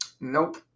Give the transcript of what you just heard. Nope